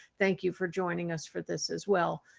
thank you for joining us for this as well.